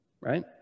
right